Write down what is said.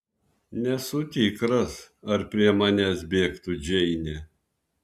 nesu tikras ar prie manęs bėgtų džeinė